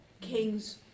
kings